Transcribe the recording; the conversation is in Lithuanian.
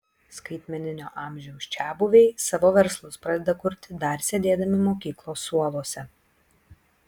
skaitmeninio amžiaus čiabuviai savo verslus pradeda kurti dar sėdėdami mokyklos suoluose